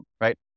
right